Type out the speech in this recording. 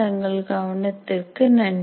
தங்கள் கவனத்திற்கு நன்றி